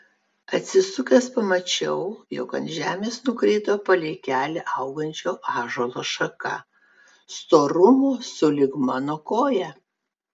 atsisukęs pamačiau jog ant žemės nukrito palei kelią augančio ąžuolo šaka storumo sulig mano koja